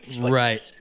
Right